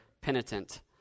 penitent